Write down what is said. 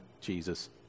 Jesus